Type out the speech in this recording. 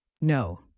No